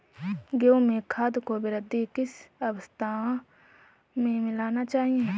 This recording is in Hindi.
गेहूँ में खाद को वृद्धि की किस अवस्था में मिलाना चाहिए?